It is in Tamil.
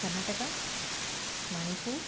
கர்நாடகா மணிப்பூர்